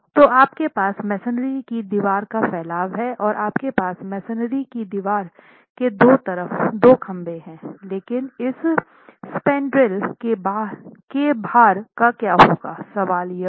तो आपके पास मेसनरी की दीवार का फैलाव है और आपके पास मेसनरी की दीवार के दो तरफ दो खंभे हैंलेकिन इसस्पैन्ड्रेल के भार का क्या होगा सवाल यह है